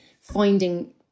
finding